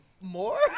more